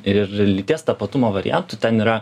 ir lyties tapatumo variantų ten yra